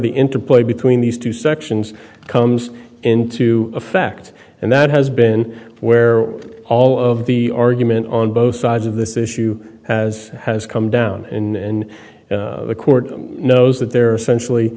the interplay between these two sections comes into effect and that has been where all of the argument on both sides of this issue has has come down in the court knows that there are sensually